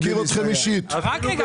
רק רגע.